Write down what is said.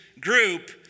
group